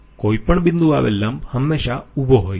કોઈપણ બિંદુએ આવેલ લંબ હંમેશા ઉભો હોય છે